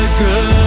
good